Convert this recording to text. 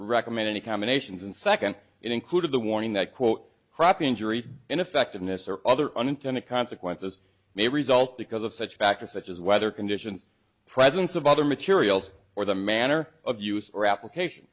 recommend any combinations and second it included the warning that quote crop injury ineffectiveness or other unintended consequences may result because of such factors such as weather conditions presence of other materials or the manner of use or application